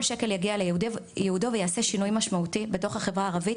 שקל יגיע לייעודו ויעשה שינוי משמעותי בתוך החברה הערבית,